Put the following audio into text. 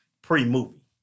Pre-movie